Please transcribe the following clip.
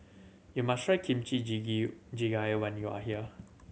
you must try Kimchi Jjigae when you are here